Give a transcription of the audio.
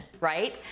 right